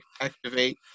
activate